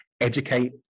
educate